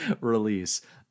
release